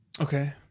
Okay